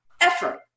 effort